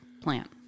plant